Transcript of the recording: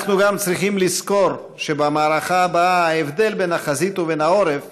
אנחנו גם צריכים לזכור שבמערכה הבאה ההבדל בין החזית ובין העורף